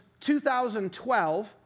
2012